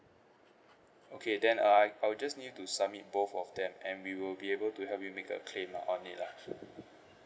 okay then uh I I'll just need to submit both of them and we will be able to help you make a claim up on it lah